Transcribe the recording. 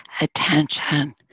attention